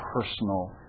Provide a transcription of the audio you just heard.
personal